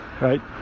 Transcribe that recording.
right